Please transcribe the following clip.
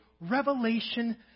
revelation